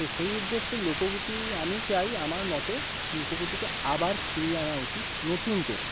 তো সেই উদ্দেশ্যে লোকগীতি আমি চাই আমার মতে লোকগীতিকে আবার ফিরিয়ে আনা উচিত নতুন করে